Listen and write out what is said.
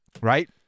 Right